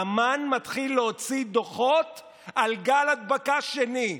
אמ"ן מתחיל להוציא דוחות על גל הדבקה שני.